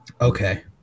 okay